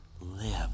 live